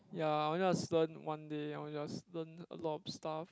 ya I only want learn one day and we just learn a lot of stuff